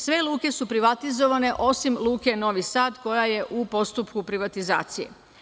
Sve luke su privatizovane, osim Luke Novi Sad, koja je u postupku privatizacije.